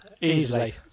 easily